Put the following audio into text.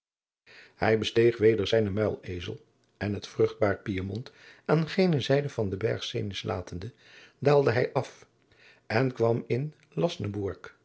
hij besteeg weder zijnen muilezel en het vruchtbaar piemont aan gene zijde van den berg cenis latende daalde hij af en kwam in lasnebourg